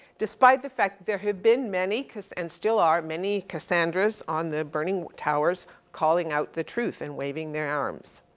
despite the fact that there have been many cas, and still are, many cassandras on the burning towers calling out the truth and waving their arms.